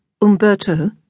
Umberto